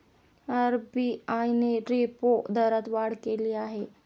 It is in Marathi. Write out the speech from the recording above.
आर.बी.आय ने रेपो दरात वाढ केली आहे